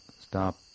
stop